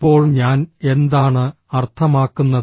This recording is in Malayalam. ഇപ്പോൾ ഞാൻ എന്താണ് അർത്ഥമാക്കുന്നത്